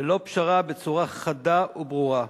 ללא פשרה, בצורה חדה וברורה.